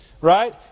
Right